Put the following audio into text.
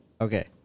Okay